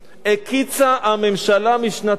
הקיצה הממשלה משנתה,